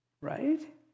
Right